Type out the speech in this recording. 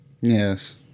Yes